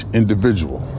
individual